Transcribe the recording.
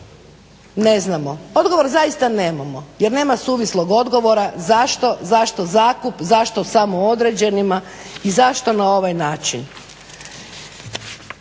Ne znamo. Odgovor zaista nemamo jer nema suvislog odgovora zašto, zašto zakup, zašto samo određenima i zašto na ovaj način.